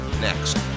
next